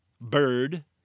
bird